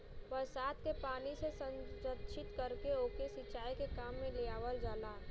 बरसात के पानी से संरक्षित करके ओके के सिंचाई के काम में लियावल जाला